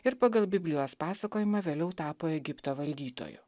ir pagal biblijos pasakojimą vėliau tapo egipto valdytoju